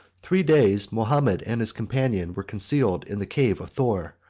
three days mahomet and his companion were concealed in the cave of thor,